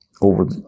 over